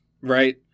right